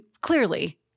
clearly